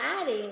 adding